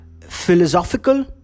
philosophical